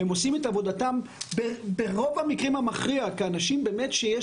הם עושים את עבודתם ברוב המקרים המכריע כאנשים שיש